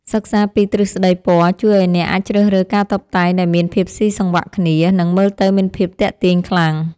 សិក្សាពីទ្រឹស្ដីពណ៌ជួយឱ្យអ្នកអាចជ្រើសរើសការតុបតែងដែលមានភាពស៊ីសង្វាក់គ្នា និង មើលទៅមានភាពទាក់ទាញខ្លាំង។